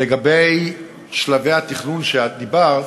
לגבי שלבי התכנון שאת הזכרת,